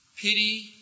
pity